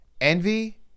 envy